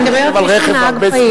אני מדברת על מי שהוא נהג פעיל.